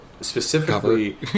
specifically